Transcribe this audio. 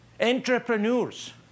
Entrepreneurs